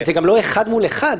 זה גם לא אחד מול אחד.